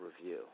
review